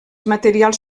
materials